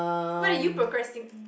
what are you procrasti~